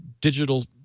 digital